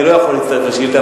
אני לא יכול להצטרף לשאילתא,